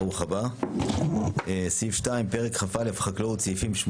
2. פרק כ"א (חקלאות), רק